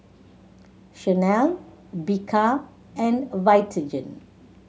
Chanel Bika and Vitagen